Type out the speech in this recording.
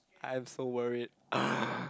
I'm so worried